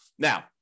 Now